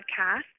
Podcast